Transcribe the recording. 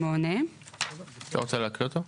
את לא רוצה להקריא אותו?